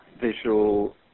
visual